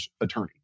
attorney